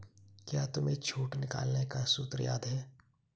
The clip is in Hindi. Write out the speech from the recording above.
क्या तुम्हें छूट निकालने का सूत्र याद है?